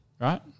right